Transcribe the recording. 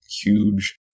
huge